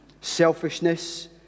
Selfishness